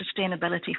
sustainability